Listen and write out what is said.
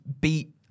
beat